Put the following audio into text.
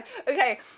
Okay